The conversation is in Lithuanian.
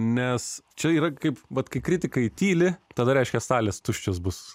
nes čia yra kaip vat kai kritikai tyli tada reiškia salės tuščios bus